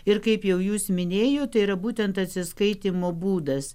ir kaip jau jūs minėjot tai yra būtent atsiskaitymo būdas